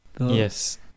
Yes